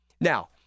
Now